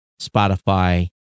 Spotify